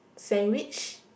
sandwich